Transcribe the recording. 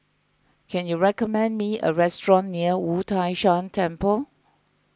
can you recommend me a restaurant near Wu Tai Shan Temple